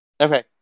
Okay